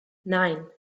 nein